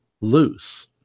loose